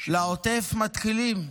לעוטף, מתחילים.